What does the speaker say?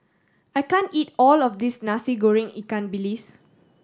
I can't eat all of this Nasi Goreng ikan bilis